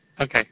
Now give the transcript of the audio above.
Okay